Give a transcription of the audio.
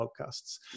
podcasts